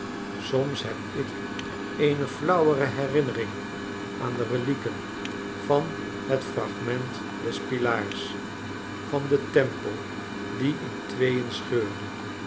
soms heb ik eene flauwere herinnering van de relieken van het fragment des pilaars van dentempel die in tweeen scheurde